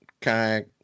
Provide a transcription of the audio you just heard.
kayak